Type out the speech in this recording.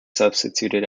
substituted